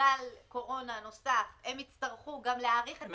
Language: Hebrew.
לגל קורונה נוסף הם יצטרכו גם להאריך את